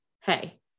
hey